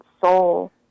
soul